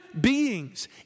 beings